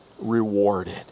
rewarded